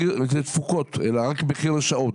לפי תפוקות, אלא רק מחיר לשעות.